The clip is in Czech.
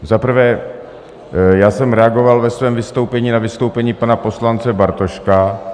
Za prvé, já jsem reagoval ve svém vystoupení na vystoupení pana poslance Bartoška.